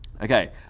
Okay